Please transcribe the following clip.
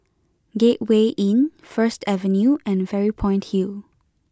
Gateway Inn First Avenue and Fairy Point Hill